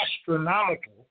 astronomical